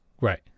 Right